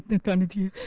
identity